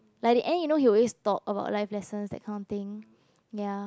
like in the end you know he always talk about life lesson that kind of thing ya